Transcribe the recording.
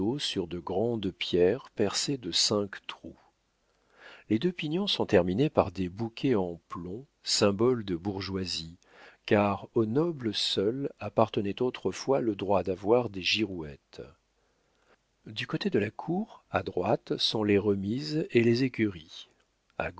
sur de grandes pierres percées de cinq trous les deux pignons sont terminés par des bouquets en plomb symbole de bourgeoisie car aux nobles seuls appartenait autrefois le droit d'avoir des girouettes du côté de la cour à droite sont les remises et les écuries